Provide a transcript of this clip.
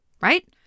right